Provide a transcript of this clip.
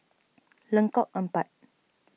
Lengkok Empat